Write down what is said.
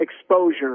exposure